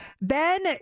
Ben